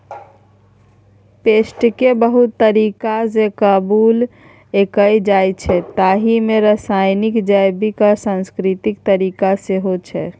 पेस्टकेँ बहुत तरीकासँ काबु कएल जाइछै ताहि मे रासायनिक, जैबिक आ सांस्कृतिक तरीका सेहो छै